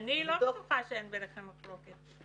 אני לא בטוחה שאין ביניכם מחלוקת.